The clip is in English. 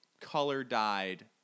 color-dyed